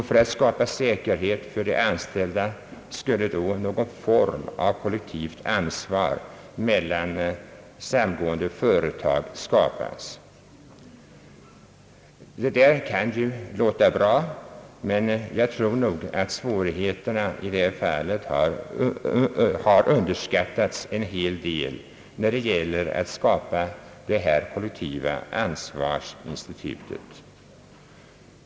För att skapa säkerhet för de anställda skulle då någon form av kollektivt ansvar mellan samgående företag skapas. Det där kan ju låta bra, men jag tror nog, att svårigheterna har underskattats en hel del när det gäller att skapa detta kollektiva ansvarsinstitut.